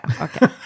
Okay